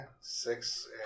six